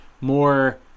more